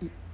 ya